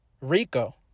RICO